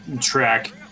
track